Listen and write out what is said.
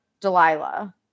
Delilah